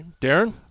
Darren